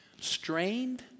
Strained